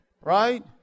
Right